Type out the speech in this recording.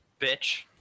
Bitch